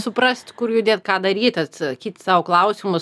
suprast kur judėt ką daryt atsakyti sau klausimus